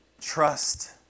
trust